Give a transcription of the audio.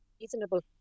reasonable